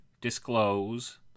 disclose